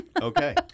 Okay